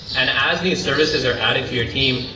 and as these services are added to your team,